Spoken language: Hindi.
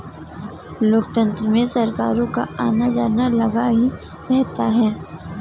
लोकतंत्र में सरकारों का आना जाना लगा ही रहता है